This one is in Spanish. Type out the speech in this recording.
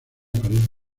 parece